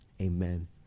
amen